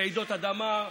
רעידות אדמה,